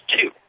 two